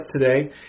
today